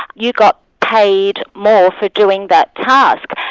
you got paid more for doing that task.